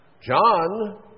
John